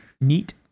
neat